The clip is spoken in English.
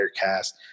cast